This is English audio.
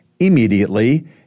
Immediately